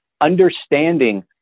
understanding